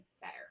better